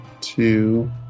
two